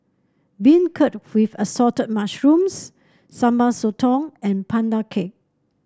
beancurd with Assorted Mushrooms Sambal Sotong and Pandan Cake